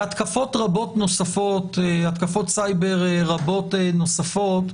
והתקפות סייבר רבות נוספות,